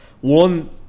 one